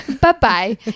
bye-bye